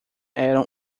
eram